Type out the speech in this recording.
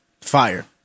fire